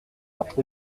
ordre